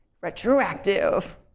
Retroactive